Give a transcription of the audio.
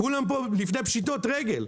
כולם פה לפני פשיטות רגל.